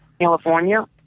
California